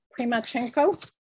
Primachenko